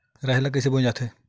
राहेर ल कइसे बोय जाथे?